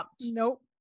Nope